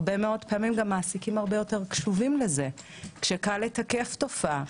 הרבה פעמים מעסיקים הרבה יותר קשובים לזה כשקל לתקף תופעה,